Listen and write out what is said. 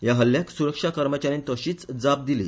ह्या हल्ल्याक सुरक्षा कर्मचा यांनी तशीच जाप दिली